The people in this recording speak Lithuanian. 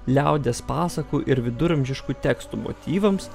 liaudies pasakų ir viduramžiškų tekstų motyvams